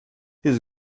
his